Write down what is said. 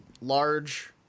large